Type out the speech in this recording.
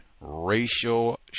Racial